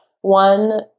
one